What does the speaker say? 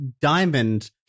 diamond